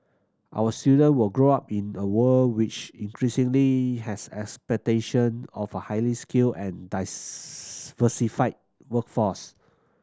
our students will grow up in a world which increasingly has expectation of a highly skilled and workforce